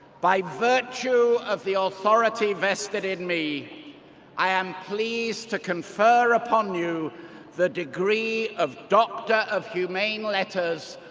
by virtue of the authority vested in me i am pleased to confer upon you the degree of doctor of humane letters,